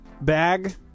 bag